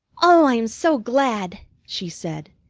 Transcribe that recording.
oh, i am so glad! she said.